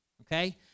okay